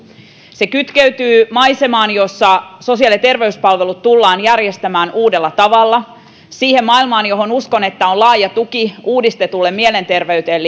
se kytkeytyy maisemaan jossa sosiaali ja terveyspalvelut tullaan järjestämään uudella tavalla ja siihen maailmaan jossa uskon että on laaja tuki uudistetulle mielenterveyteen